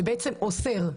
שבעצם אוסר,